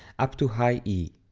up to high e.